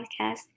podcast